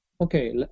Okay